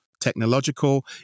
Technological